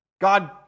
God